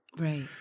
Right